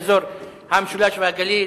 באזור המשולש והגליל,